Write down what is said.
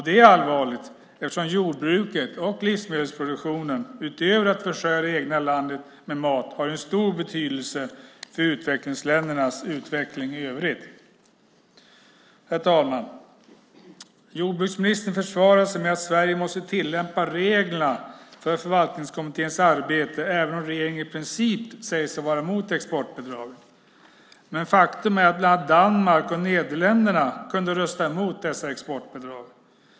Det är allvarligt eftersom jordbruket och livsmedelsproduktionen utöver att försörja det egna landet med mat har stor betydelse för utvecklingsländernas utveckling i övrigt. Herr talman! Jordbruksministern försvarar sig med att Sverige måste tillämpa reglerna för förvaltningskommitténs arbete även om regeringen i princip säger sig vara mot exportbidrag. Men faktum är att bland andra Danmark och Nederländerna kunde rösta emot dessa exportbidrag.